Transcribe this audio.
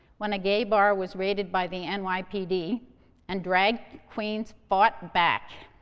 when a gay bar was raided by the and nypd and drag queens fought back.